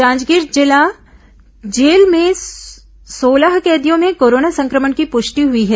जांजगीर जिला जेल में सोलह कैदियों में कोरोना संक्रमण की पुष्टि हुई है